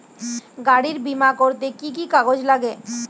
গাড়ীর বিমা করতে কি কি কাগজ লাগে?